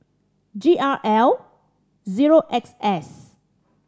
G R L zero X S